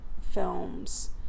films